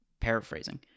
paraphrasing